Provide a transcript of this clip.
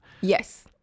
Yes